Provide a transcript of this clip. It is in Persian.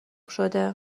شده